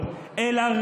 אני יודע שאתה כועס.